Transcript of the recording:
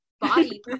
body